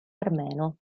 armeno